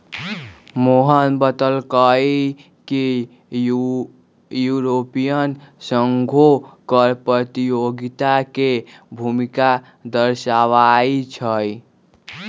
मोहन बतलकई कि यूरोपीय संघो कर प्रतियोगिता के भूमिका दर्शावाई छई